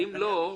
כי אם לא,